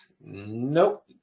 Nope